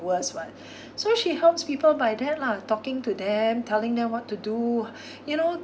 worst one so she helps people by that lah talking to them telling them what to do you know